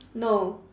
no